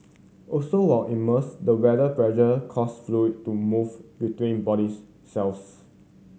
also while immersed the weather pressure cause fluid to move between bodies cells